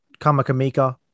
Kamakamika